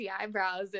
eyebrows